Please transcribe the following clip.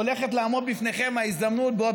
הולכת לעמוד לפניכם ההזדמנות: בעוד